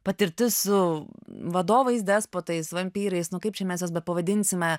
patirtis su vadovais despotais vampyrais nu kaip čia mes juos bepavadinsime